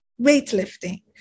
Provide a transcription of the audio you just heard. weightlifting